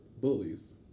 bullies